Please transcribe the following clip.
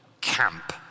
camp